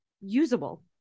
usable